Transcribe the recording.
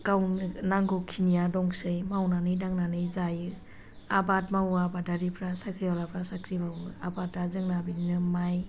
गावनि नांगौखिनिया दङसै मावनानै दांनानै जायो आबाद मावो आबादारिफ्रा साख्रिआवलाफ्रा साख्रि मावो आबादा जोंना बिदिनो माइ